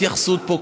אין התייחסות פה.